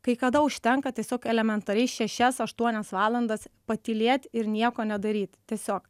kai kada užtenka tiesiog elementariai šešias aštuonias valandas patylėt ir nieko nedaryt tiesiog